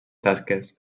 tasques